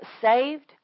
saved